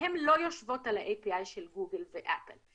לא יושבות על ה-API של גוגל ושל אפל.